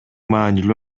маанилүү